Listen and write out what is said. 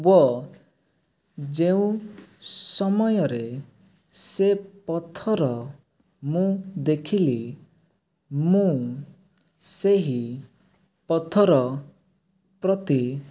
ଓ ଯେଉଁ ସମୟରେ ସେ ପଥର ମୁଁ ଦେଖିଲି ମୁଁ ସେହି ପଥର ପ୍ରତି